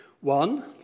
One